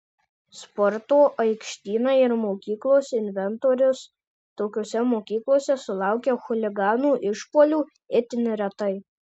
sporto aikštynai ir mokyklos inventorius tokiose mokyklose sulaukia chuliganų išpuolių itin retai